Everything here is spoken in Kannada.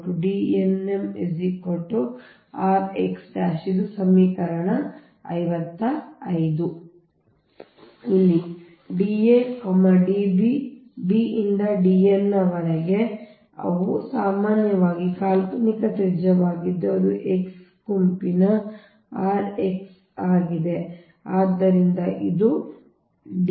ಹಾಗಾಗಿ ಇದು ಸಮೀಕರಣ ೫೫ ಅಲ್ಲಿ D a Db b ರಿಂದ Dn n ವರೆಗೆ ಅವು ಸಾಮಾನ್ಯವಾಗಿ ಕಾಲ್ಪನಿಕ ತ್ರಿಜ್ಯವಾಗಿದ್ದು ಅದು X ಗುಂಪಿನ r x ಆಗಿದೆ ಆದ್ದರಿಂದ ಈ D